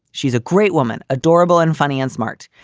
she's a great woman, adorable and funny and smart.